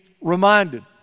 reminded